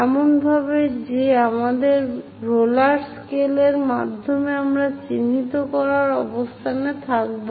এমনভাবে যে আমাদের রোলার স্কেল এর মাধ্যমে আমরা চিহ্নিত করার অবস্থানে থাকব